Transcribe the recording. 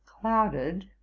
clouded